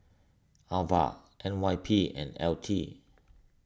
Ava N Y P and L T